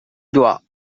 dois